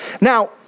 Now